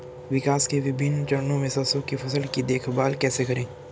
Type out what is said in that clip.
विकास के विभिन्न चरणों में सरसों की फसल की देखभाल कैसे करें?